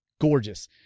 gorgeous